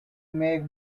make